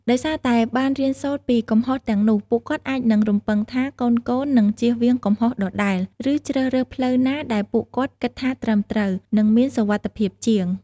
ដោយសារតែបានរៀនសូត្រពីកំហុសទាំងនោះ ពួកគាត់អាចនឹង រំពឹងថាកូនៗនឹងជៀសវាងកំហុសដដែល ឬជ្រើសរើសផ្លូវណាដែលពួកគាត់គិតថាត្រឹមត្រូវ និងមានសុវត្ថិភាពជាង។